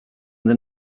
den